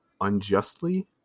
unjustly